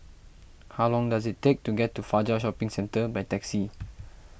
how long does it take to get to Fajar Shopping Centre by taxi